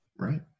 right